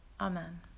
Amen